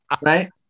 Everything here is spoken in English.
Right